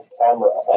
camera